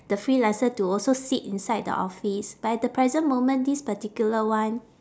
the freelancer to also sit inside the office but at the present moment this particular one